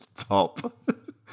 top